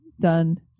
done